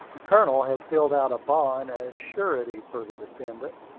the colonel had filled out a bond as surety for the defendant,